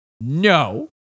No